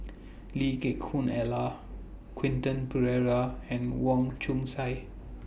Lee Geck Ellen Quentin Pereira and Wong Chong Sai